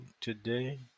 today